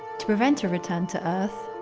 to prevent a return to earth,